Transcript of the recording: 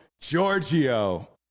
Giorgio